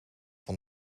van